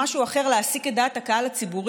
אחר להעסיק בו את דעת הקהל הציבורית?